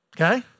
Okay